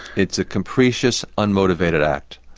it's a capricious, unmotivated act.